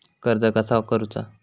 कर्ज कसा करूचा?